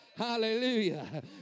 Hallelujah